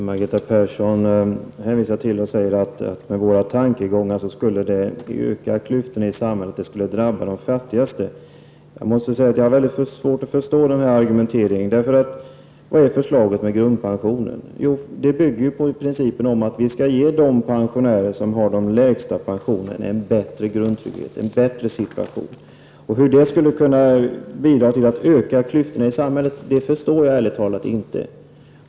Herr talman! Margareta Persson säger att man med våra tankegångar skulle öka klyftorna i samhället och att det skulle drabba de fattigaste. Jag har svårt att förstå den argumenteringen. Vad innebär förslaget med grundpensionen? Jo, förslaget bygger på principen att vi skall ge de pensionärer som har de lägsta pensionerna en bättre grundtrygghet, en bättre situation. Hur det skulle kunna bidra till att öka klyftorna i samhället förstår jag ärligt talat inte.